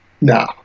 No